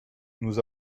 nous